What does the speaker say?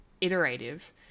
iterative